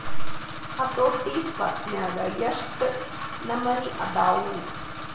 ಹತೋಟಿ ಸ್ವತ್ನ್ಯಾಗ ಯೆಷ್ಟ್ ನಮನಿ ಅದಾವು?